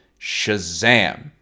Shazam